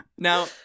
Now